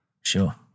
Sure